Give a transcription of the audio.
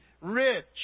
rich